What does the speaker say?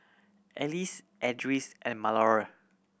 Elzie Edris and Malorie